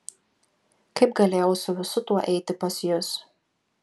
kaip galėjau su visu tuo eiti pas jus